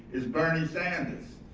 is bernie sanders.